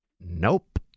Nope